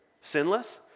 sinless